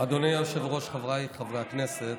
אדוני היושב-ראש, חבריי חברי הכנסת,